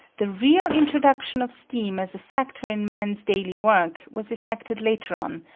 the real introduction of steam as a factor in man's daily work was effected later on,